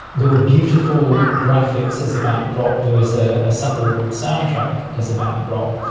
there were beautiful graphics as a backdrop. there was ah a subtle soundtrack as a backdrop,